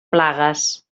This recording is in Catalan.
plagues